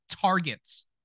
targets